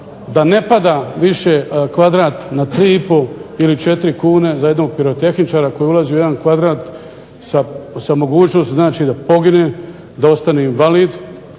da ne pada kvadrat na 3,5 ili 4 kune za jednog pirotehničara koji ulazi u jedan kvadrat sa mogućnosti da pogine, da ostane invalid